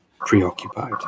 preoccupied